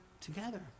together